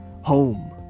home